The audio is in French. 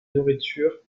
nourriture